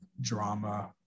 drama